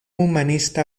humanista